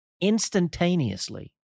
instantaneously